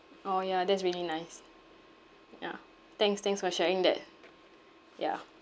orh ya that's really nice yeah thanks thanks for sharing that yeah